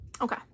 Okay